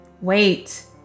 wait